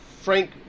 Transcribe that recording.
Frank